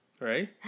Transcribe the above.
right